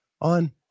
on